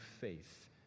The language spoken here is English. faith